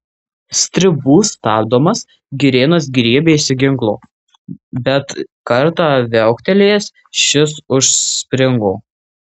stribų stabdomas girėnas griebėsi ginklo bet kartą viauktelėjęs šis užspringo